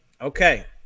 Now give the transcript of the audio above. Okay